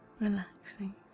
relaxing